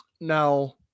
Now